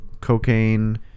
cocaine